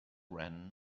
ran